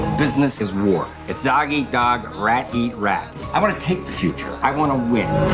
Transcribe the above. business is war. it's dog eat dog, rat eat rat. i wanna take the future. i wanna win!